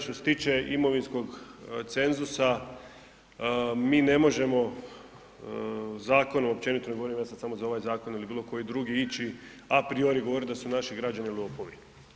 Što se tiče imovinskog cenzusa, mi ne možemo zakonom, općenito govorim ja sad samo za ovaj zakon ili bilo koji drugi ići apriori govoriti da su naši građani lopovi.